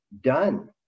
done